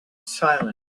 silence